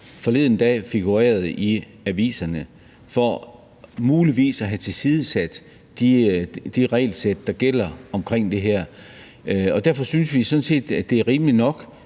forleden dag figurerede i aviserne for muligvis at have tilsidesat det regelsæt, der gælder omkring det her. Derfor synes vi sådan set, at det er rimeligt nok,